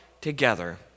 together